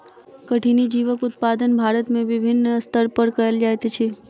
कठिनी जीवक उत्पादन भारत में विभिन्न स्तर पर कयल जाइत अछि